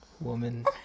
woman